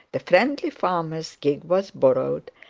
the friendly farmer's gig was borrowed,